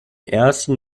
ersten